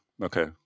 Okay